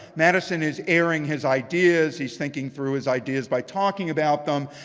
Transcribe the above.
madison is airing his ideas. he's thinking through his ideas by talking about them.